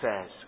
says